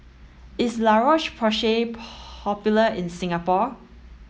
is La Roche Porsay popular in Singapore